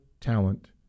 talent